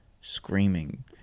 screaming